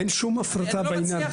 אין שום הפרטה בעניין.